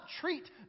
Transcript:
treat